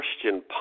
Christian